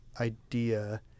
idea